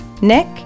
Nick